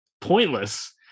pointless